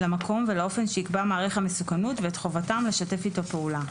למקום ולאופן שיקבע מעריך המסוכנות ואת חובתם לשתף עימו פעולה,